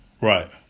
Right